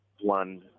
one